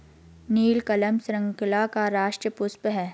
नीलकमल श्रीलंका का राष्ट्रीय पुष्प है